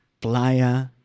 Playa